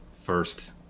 first